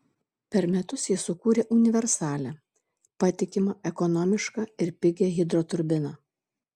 per metus jie sukūrė universalią patikimą ekonomišką ir pigią hidroturbiną